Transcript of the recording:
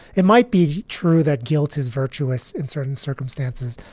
it might be true that guilt is virtuous in certain circumstances.